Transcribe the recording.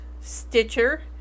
Stitcher